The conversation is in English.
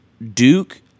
Duke